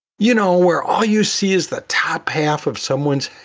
you know where all you see is the top half of someone's